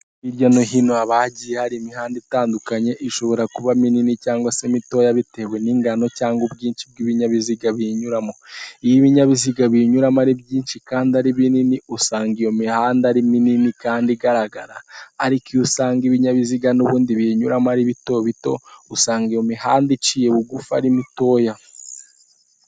Hirya no hino haba hagiye hari imihanda itandukanye, ishobora kuba minini cyangwa se mitoya bitewe n'ingano cyangwa ubwinshi bw'ibinyabiziga biyinyuramo. Iyo ibinyabiziga biyinyuramo ari byinshi kandi ari binini, usanga iyo mihanda ari minini kandi igaragara. Ariko iyo usanga ibinyabiziga n'ubundi biyinyuramo ari bitobito, usanga iyo mihanda iciye bugufi ari mitoya.